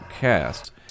cast